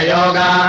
Yoga